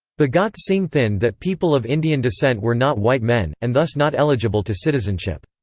bhagat singh thind that people of indian descent were not white men, and thus not eligible to citizenship.